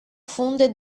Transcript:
funde